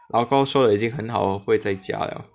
老公说得已经很好我不会再加了